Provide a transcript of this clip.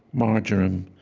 marjoram,